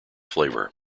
flavor